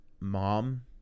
mom